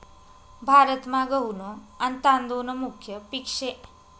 भारतमा गहू न आन तादुळ न मुख्य पिक से